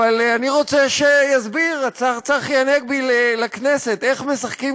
אבל אני רוצה שיסביר השר צחי הנגבי לכנסת איך משחקים